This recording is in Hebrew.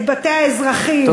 את בתי האזרחים,